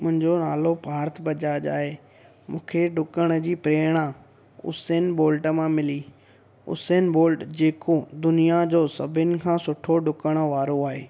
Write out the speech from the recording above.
मुंहिंजो नालो पार्थ बजाज आहे मूंखे डुकण जी प्रेरणा उसेन बोल्ट मां मिली उसेन बोल्ट जेको दुनिया जो सभिनि खां सुठो डुकणु वारो आहे